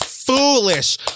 foolish